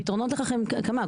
הפתרונות לכך הם כמה,